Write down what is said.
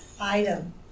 item